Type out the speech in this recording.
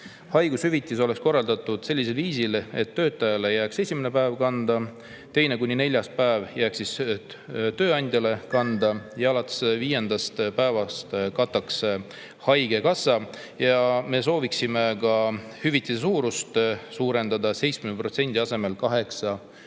haigushüvitis oleks korraldatud sellisel viisil, et töötaja kanda jääks esimene päev, teine kuni neljas päev jääks tööandja kanda ja alates viiendast päevast kataks [kulud] haigekassa. Me sooviksime ka hüvitise suurust suurendada: 70% asemel